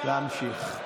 להמשיך.